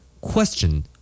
Question